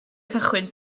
cychwyn